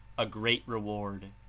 a great reward.